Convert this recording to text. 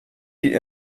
die